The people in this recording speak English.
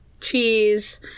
cheese